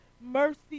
Mercy